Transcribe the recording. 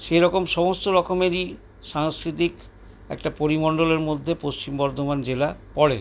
সেইরকম সমস্ত রকমেরই সাংস্কৃতিক একটা পরিমন্ডলের মধ্যে পশ্চিম বর্ধমান জেলা পড়ে